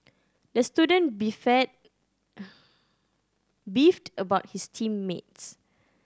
the student beefed about his team mates